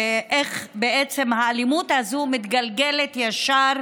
איך בעצם האלימות הזאת מתגלגלת ישר,